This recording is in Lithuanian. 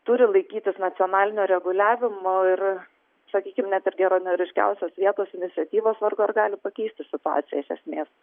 turi laikytis nacionalinio reguliavimo ir sakykim net ir geranoriškiausios vietos iniciatyvos vargu ar gali pakeisti situaciją iš esmės